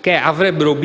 che dovrebbero